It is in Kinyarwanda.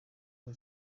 iyo